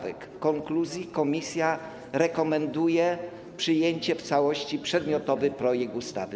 W konkluzji komisja rekomenduje przyjęcie w całości przedmiotowego projektu ustawy.